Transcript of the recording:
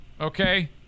Okay